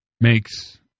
makes